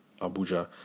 Abuja